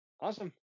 Awesome